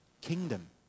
kingdom